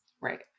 Right